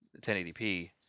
1080p